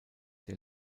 der